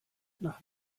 nach